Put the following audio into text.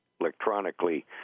electronically